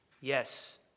Yes